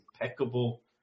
impeccable